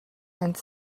and